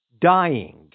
dying